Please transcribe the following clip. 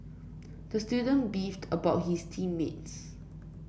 the student beefed about his team mates